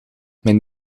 mijn